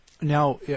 Now